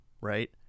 right